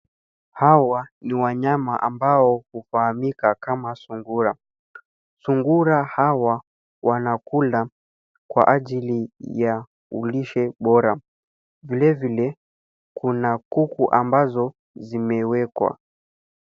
Hawa ni wanyama ambao hufahamika kama sungura. Sungura hawa wanakula kwa ajili ya lishe bora. Vilevile kuna kuku ambazo zimewekwa.